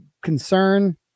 concern